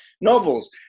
novels